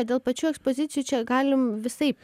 dėl pačių ekspozicijų čia galim visaip